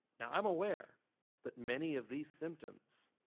now i'm aware that many of these symptoms